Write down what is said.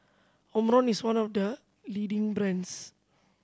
Omron is one of the leading brands